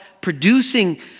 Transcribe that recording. producing